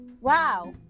wow